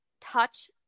touch